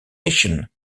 nation